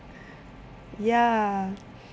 ya